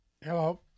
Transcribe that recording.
hello